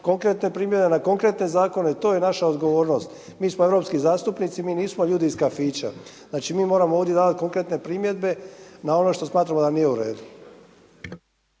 konkretne primjere na konkretne zakone i to je naša odgovornost. Mi smo europski zastupnici, mi nismo ljudi iz kafića. Mi moramo ovdje davati konkretne primjedbe na ono što smatramo da nije uredu.